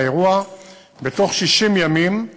הובהר לנו על-ידי הרכבת כי לא תהיה השפעה על לוחות-הזמנים